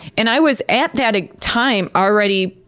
and i was at that ah time already